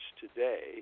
today